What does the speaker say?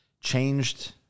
changed